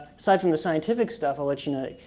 aside from the scientific stuff i'll let you know,